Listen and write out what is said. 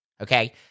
okay